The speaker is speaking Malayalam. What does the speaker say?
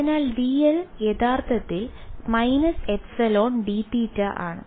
അതിനാൽ dl യഥാർത്ഥത്തിൽ − ε dθ ആണ്